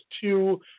two